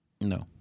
No